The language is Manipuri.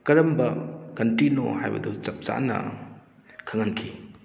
ꯀꯔꯝꯕ ꯀꯟꯇ꯭ꯔꯤꯅꯣ ꯍꯥꯏꯕꯗꯨ ꯆꯞ ꯆꯥꯅ ꯈꯪꯍꯟꯈꯤ